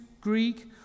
Greek